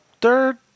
Third